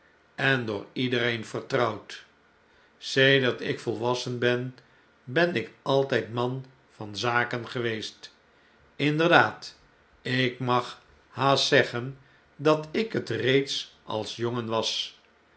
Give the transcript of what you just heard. en door iedereen vertrouwd sedert ik volwassen ben ben ik altjjdman van zaken geweest inderdaad ik mag haast zeggen dat ik het reeds als jongen was